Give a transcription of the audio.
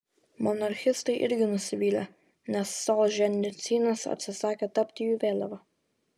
monarchistai irgi nusivylę nes solženicynas atsisakė tapti jų vėliava